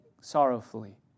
sorrowfully